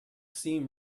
seam